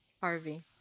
Harvey